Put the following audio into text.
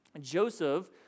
Joseph